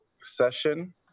Session